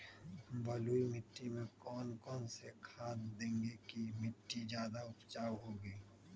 बलुई मिट्टी में कौन कौन से खाद देगें की मिट्टी ज्यादा उपजाऊ होगी?